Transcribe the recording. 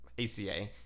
ACA